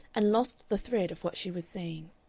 and lost the thread of what she was saying.